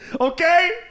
Okay